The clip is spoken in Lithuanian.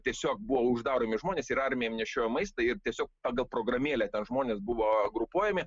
tiesiog buvo uždaromi žmonės ir armija jiem nešiojo maistą ir tiesiog pagal programėlę žmonės buvo grupuojami